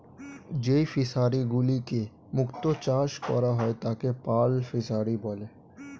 যেই ফিশারি গুলিতে মুক্ত চাষ করা হয় তাকে পার্ল ফিসারী বলে